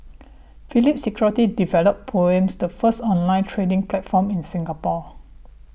Phillip Securities developed Poems the first online trading platform in Singapore